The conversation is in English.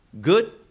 good